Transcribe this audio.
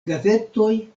gazetoj